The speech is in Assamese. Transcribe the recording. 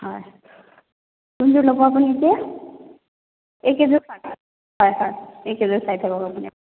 হয় কোনযোৰ ল'ব আপুনি এতিয়া এইকেইযোৰ চাই হয় হয় এইকেইযোৰ চাই থাকক আপুনিও